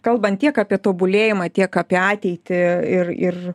kalbant tiek apie tobulėjimą tiek apie ateitį ir ir